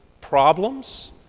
problems